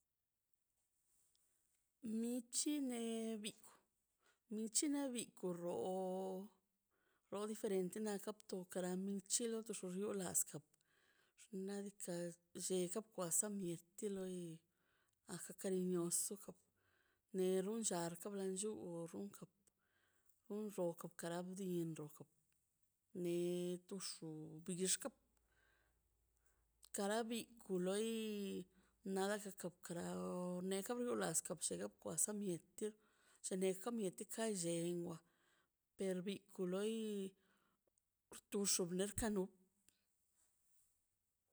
Michineꞌ bit michineꞌ bit kurroo lo diferente naꞌ kaptu kran michi lo tuxuxulo laskaꞌ xnaꞌ diikaꞌ se ga bkwasaꞌ miete ḻoi aja kariñoso kak neron nshark blan lluu unro jap uro kunkaraꞌ bdinronfo ni to xo biyixkap karabi kuloy nagag kakarau "intelligible" senet jamiet kaꞌ llein nwa per bi kuloy tursho ble kano.